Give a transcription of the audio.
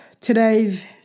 today's